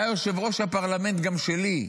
אתה יושב-ראש הפרלמנט גם שלי.